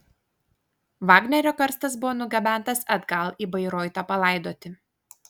vagnerio karstas buvo nugabentas atgal į bairoitą palaidoti